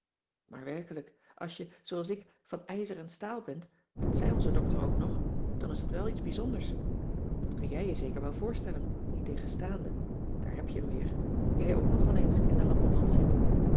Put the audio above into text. maar werkelijk als je zooals ik van ijzer en staal bent dat zei onze dokter ook nog dan is het wel iets bijzonders dat kun jij je zeker wel voorstellen niettegenstaande daar heb je m weer jij ook nog al eens in de lappemand zit